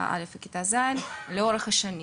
א׳ ו-ז׳ לאורך השנים.